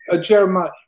Jeremiah